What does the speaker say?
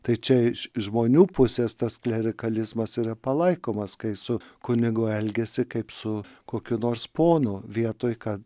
tai čia iš žmonių pusės tas klerikalizmas yra palaikomas kai su kunigu elgiasi kaip su kokiu nors ponu vietoj kad